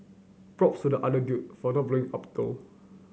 props to the other dude for not blowing up though